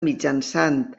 mitjançant